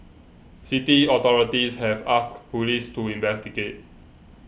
city authorities have asked police to investigate